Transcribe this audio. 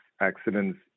accidents